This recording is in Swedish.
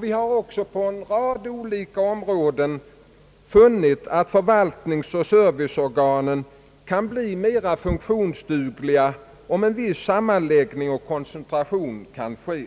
Vi har också på en rad olika områden funnit att förvaltningsoch serviceorganen kan bli mera funktionsdugliga om en viss sammanläggning och koncentration kan ske.